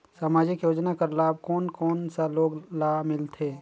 समाजिक योजना कर लाभ कोन कोन सा लोग ला मिलथे?